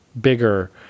bigger